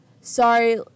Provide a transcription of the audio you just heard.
sorry